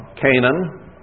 Canaan